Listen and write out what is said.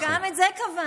אז גם את זה קבענו,